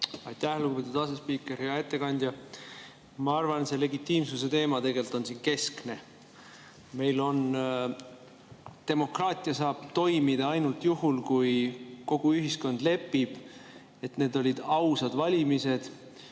Aitäh, lugupeetud asespiiker! Hea ettekandja! Ma arvan, et see legitiimsuse teema on siin keskne. Demokraatia saab toimida ainult juhul, kui kogu ühiskond lepib, et need olid ausad valimised,